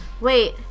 wait